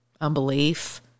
unbelief